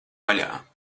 vaļā